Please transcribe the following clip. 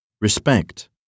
Respect